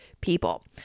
people